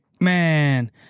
man